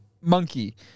monkey